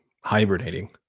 hibernating